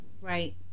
Right